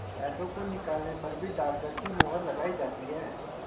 पैसों को निकालने पर भी डाकघर की मोहर लगाई जाती है